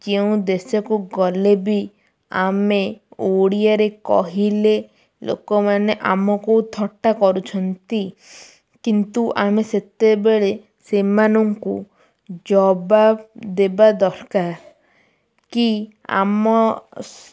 ଯେଉଁ ଦେଶକୁ ଗଲେ ବି ଆମେ ଓଡ଼ିଆରେ କହିଲେ ଲୋକମାନେ ଆମକୁ ଥଟ୍ଟା କରୁଛନ୍ତି କିନ୍ତୁ ଆମେ ସେତେବେଳେ ସେମାନଙ୍କୁ ଜବାବ ଦେବା ଦରକାର କି ଆମ